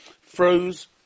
froze